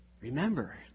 Remember